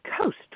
coast